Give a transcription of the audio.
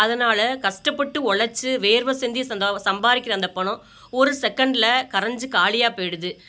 அதனால் கஷ்டப்பட்டு உழச்சி வேர்வை சிந்தி சந்த சம்பாதிக்கிற அந்தப் பணம் ஒரு செகண்டில் கரைஞ்சி காலியாக போய்விடுது